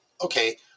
okay